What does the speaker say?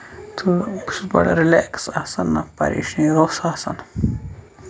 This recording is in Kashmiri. تہٕ بہٕ چھُس بَڑٕ رِلیکٔس آسان نہ پَریشٲنی روٚس آسان